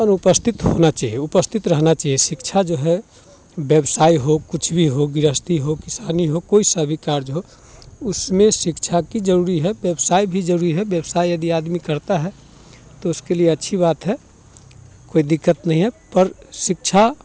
और उपस्थित होना चाहिए उपस्थित रहना चाहिए शिक्षा जो है व्यावसाय हो कुछ भी हो गृहस्थी हो किसानी हो कोई सा भी कर्ज हो उसमें शिक्षा की जरूरी है व्यावसाय भी जरूरी है व्यावसाय यदि आदमी करता है तो उसके लिए अच्छी बात है कोई दिक्कत नहीं है पर शिक्षा